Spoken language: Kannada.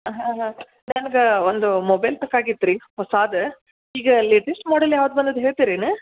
ಹಾಂ ಹಾಂ ನನ್ಗೆ ಒಂದು ಮೊಬೈಲ್ ಬೇಕಾಗಿತ್ತು ರೀ ಹೊಸತು ಈಗ ಲೇಟೆಸ್ಟ್ ಮಾಡಲ್ ಯಾವ್ದು ಬಂದದೆ ಹೇಳ್ತಿರೇನು